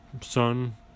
son